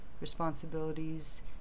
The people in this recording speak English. responsibilities